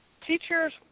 teachers